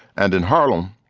and in harlem,